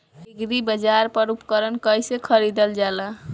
एग्रीबाजार पर उपकरण कइसे खरीदल जाला?